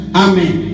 amen